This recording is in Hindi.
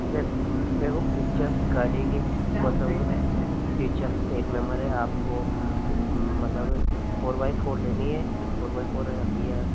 देख देखो फीचर्स गाड़ी की फीचर्स एक नम्बर है आपको मतलब फोर बाइ फोर लेनी है जो फोर बाइ फोर आती है